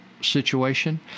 situation